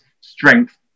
strength